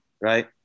right